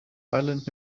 island